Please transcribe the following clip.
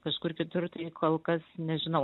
kažkur kitur tai kol kas nežinau